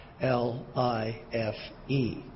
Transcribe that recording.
L-I-F-E